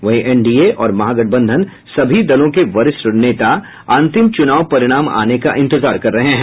वहीं एनडीए और महागठबंधन सभी दलों के वरिष्ठ नेता अंतिम चुनाव परिणाम आने का इंतजार कर रहे हैं